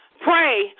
Pray